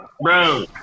bro